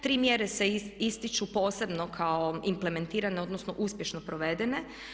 Tri mjere se ističu posebno kao implementirano odnosno uspješno provedene.